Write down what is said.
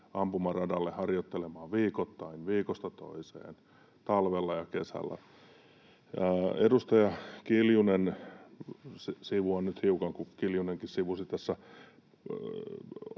ampumaradalle harjoittelemaan, viikoittain, viikosta toiseen, talvella ja kesällä. Sivuan nyt hiukan, kun edustaja Kiljunenkin sivusi tässä,